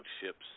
ships